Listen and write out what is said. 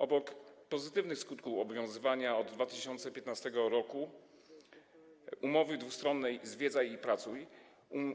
Obok pozytywnych skutków obowiązywania od 2015 r. umowy dwustronnej „Zwiedzaj i pracuj”,